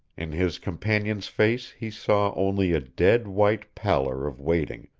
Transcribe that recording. in his companion's face he saw only a dead white pallor of waiting,